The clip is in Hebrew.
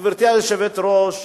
גברתי היושבת-ראש,